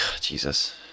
jesus